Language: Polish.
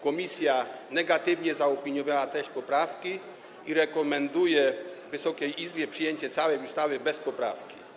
Komisja negatywnie zaopiniowała treść poprawki i rekomenduje Wysokiej Izbie przyjęcie całej ustawy bez poprawki.